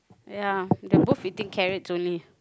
ya they're both eating carrots only